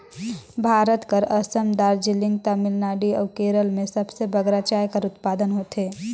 भारत कर असम, दार्जिलिंग, तमिलनाडु अउ केरल में सबले बगरा चाय कर उत्पादन होथे